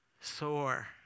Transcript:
sore